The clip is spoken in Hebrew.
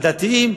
הדתיים.